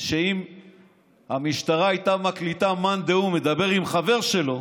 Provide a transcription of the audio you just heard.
שאם המשטרה הייתה מקליטה מאן דהו מדבר עם חבר שלו